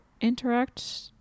interact